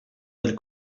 del